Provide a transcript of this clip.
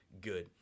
good